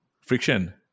friction